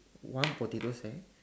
one potato sack